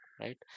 right